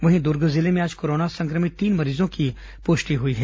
वहीं दुर्ग जिले में आज कोरोना संक्रमित तीन मरीजों की पुष्टि हुई है